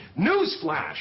Newsflash